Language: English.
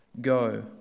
Go